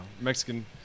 Mexican